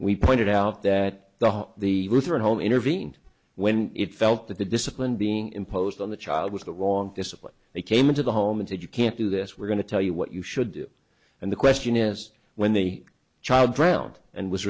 we pointed out that the whole the whole intervene when it felt that the discipline being imposed on the child was the wrong discipline they came into the home and said you can't do this we're going to tell you what you should do and the question is when the child drowned and was